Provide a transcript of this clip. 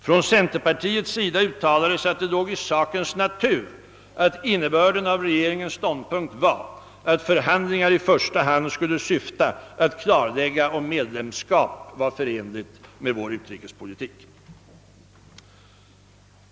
Från centerpartiets sida ut talades att det låg i sakens natur att innebörden av regeringens ståndpunkt var att förhandlingar i första hand skulle syfta till att klarlägga om medlemskap var förenligt med vår utrikespolitik.